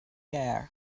air